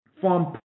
form